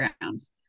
grounds